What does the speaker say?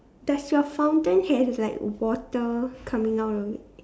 does your fountain have like water coming out of it